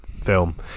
film